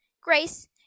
Grace